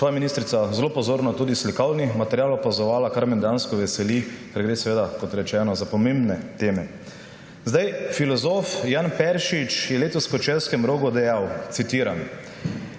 gospa ministrica zelo pozorno tudi slikovni material opazovala, kar me dejansko veseli, ker gre, kot rečeno, za pomembne teme. Filozof Jan Peršič je letos v Kočevskem rogu dejal, citiram: